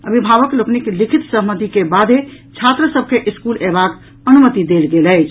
अभिभावक लोकनिक लिखित सहमति के बाद छात्र सभ के स्कूल अयबाक अनुमति देल गेल अछि